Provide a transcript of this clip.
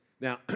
Now